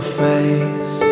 face